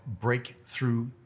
Breakthrough